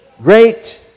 great